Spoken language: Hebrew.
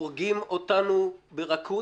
הורגים אותנו ברכות,